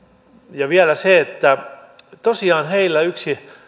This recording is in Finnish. ja vielä tosiaan heillä yksi